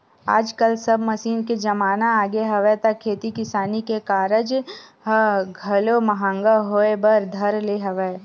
आजकल सब मसीन के जमाना आगे हवय त खेती किसानी के कारज ह घलो महंगा होय बर धर ले हवय